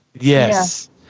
yes